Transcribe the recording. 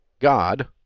God